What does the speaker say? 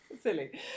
silly